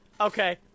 Okay